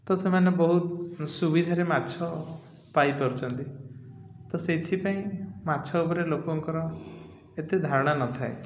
ତ ସେମାନେ ବହୁତ ସୁବିଧାରେ ମାଛ ପାଇପାରୁଛନ୍ତି ତ ସେଇଥିପାଇଁ ମାଛ ଉପରେ ଲୋକଙ୍କର ଏତେ ଧାରଣା ନଥାଏ